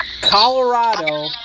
Colorado